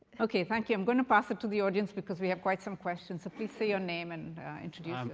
ok, thank you. i'm going to pass it to the audience, because we have quite some questions. so please say your name and introduce um but